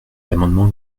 l’amendement